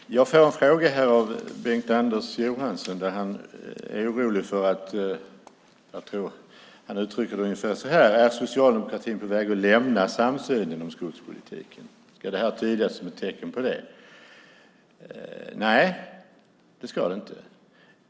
Fru talman! Jag får en fråga av Bengt-Anders Johansson där han är orolig för att socialdemokratin är på väg att lämna samsynen om skogspolitiken. Ska det här tydas som ett tecken på det? Jag tror han uttrycker det ungefär så. Nej, det ska det inte.